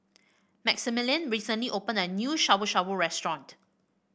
Maximilian recently opened a new Shabu Shabu Restaurant